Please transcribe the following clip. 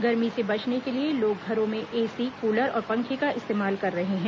गर्मी से बचने के लिए लोग घरों में एसी कूलर और पंखे का इस्तेमाल कर रहे हैं